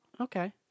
Okay